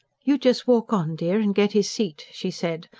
you just walk on, dear, and get his seat, she said,